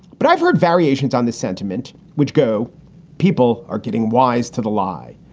but i've heard variations on the sentiment which go people are getting wise to the lie,